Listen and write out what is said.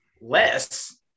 less